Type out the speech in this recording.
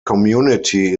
community